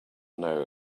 know